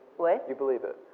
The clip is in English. what? you believe it?